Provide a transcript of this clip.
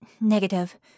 Negative